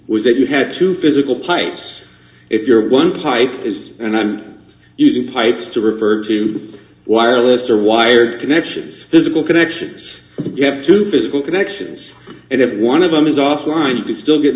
was that you had to physical pipes if your one pipe is and i'm using pipes to refer to wireless or wired connections physical connection you have to physical connections and if one of them is offline you can still get